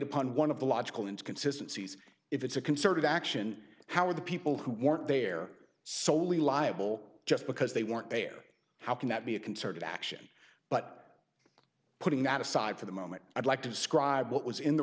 upon one of the logical and consistent sees if it's a concerted action how are the people who weren't there solely liable just because they weren't there how can that be a concerted action but putting that aside for the moment i'd like to describe what was in the